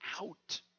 out